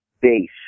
base